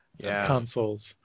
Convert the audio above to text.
consoles